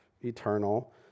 eternal